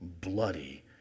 bloody